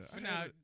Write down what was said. Now